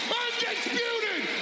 undisputed